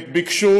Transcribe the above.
עת ביקשו